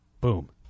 Boom